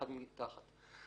אחד מתחת.